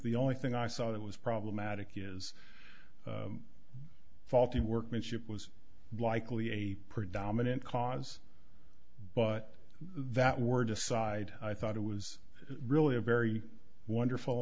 the only thing i saw that was problematic is faulty workmanship was likely a predominant cause but that word aside i thought it was really a very wonderful